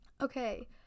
okay